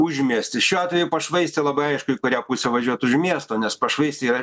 užmiesty šiuo atveju pašvaistė labai aišku į kurią pusę važiuot už miesto nes pašvaistė yra